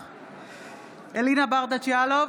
ברדץ' יאלוב,